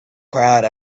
crowd